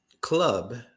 club